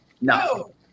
No